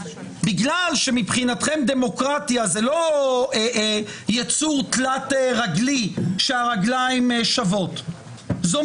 בגלל שמבחינתכם דמוקרטיה זה לא יצור תלת רגלי שהרגליים שוות אלא זו